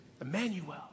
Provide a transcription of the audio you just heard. Emmanuel